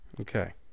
Okay